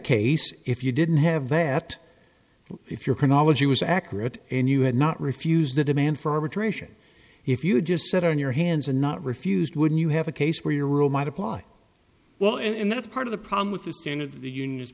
case if you didn't have that if your chronology was accurate and you had not refused the demand for arbitration if you just sit on your hands and not refused would you have a case where your rule might apply well and that's part of the problem with the standard of the unions